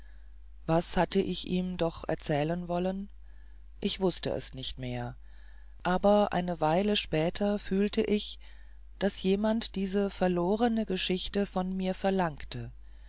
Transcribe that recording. was hatte ich ihm doch erzählen wollen ich wußte es nicht mehr aber eine weile später fühlte ich daß jemand diese verlorene geschichte von mir verlangte